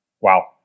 wow